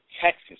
Texas